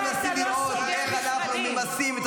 ואנחנו מנסים לראות איך אנחנו ממסים את